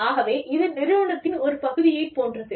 ஆகவே இது நிறுவனத்தின் ஒரு பகுதியை போன்றது